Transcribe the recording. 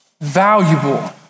valuable